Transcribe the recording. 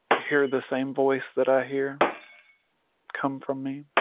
hear the same voice that i hear come from me